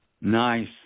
Nice